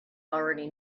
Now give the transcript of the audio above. already